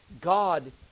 God